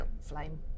Flame